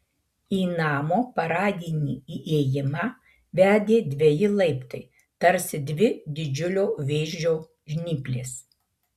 į namo paradinį įėjimą vedė dveji laiptai tarsi dvi didžiulio vėžio žnyplės